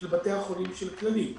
של בתי החולים של כללית.